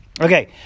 okay